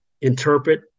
interpret